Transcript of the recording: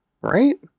right